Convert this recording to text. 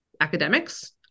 academics